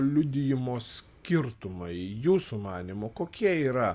liudijimo skirtumai jūsų manymu kokie yra